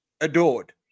adored